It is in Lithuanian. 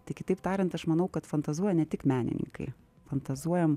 tai kitaip tariant aš manau kad fantazuoja ne tik menininkai fantazuojam